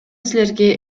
силерге